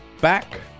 back